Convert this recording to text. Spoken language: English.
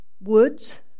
woods